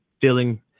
feeling